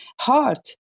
heart